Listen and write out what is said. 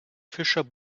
fischer